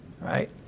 right